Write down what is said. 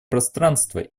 пространства